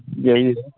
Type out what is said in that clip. یہی ہے